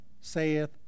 saith